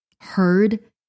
heard